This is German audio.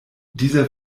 dieser